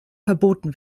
verboten